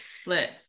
Split